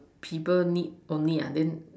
people need only uh then